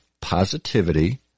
positivity